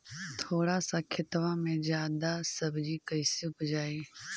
थोड़ा सा खेतबा में जादा सब्ज़ी कैसे उपजाई?